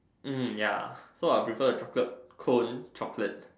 um ya so I'll prefer the chocolate cone chocolate